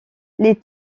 les